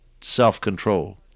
self-control